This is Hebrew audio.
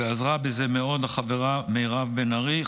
ועזרה בזה מאוד החברה מירב בן ארי,